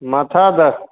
माथा दर